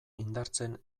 indartzen